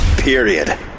Period